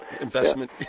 investment